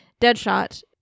Deadshot